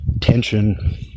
tension